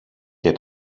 και